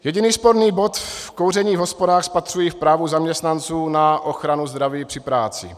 Jediný sporný bod v kouření v hospodách spatřuji v právu zaměstnanců na ochranu zdraví při práci.